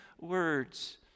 words